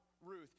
Ruth